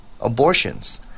abortions